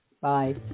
Bye